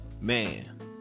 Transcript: man